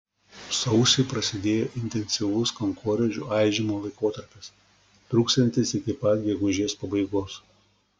sausį prasidėjo intensyvus kankorėžių aižymo laikotarpis truksiantis iki pat gegužės pabaigos